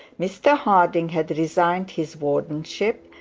mr harding had resigned his wardenship,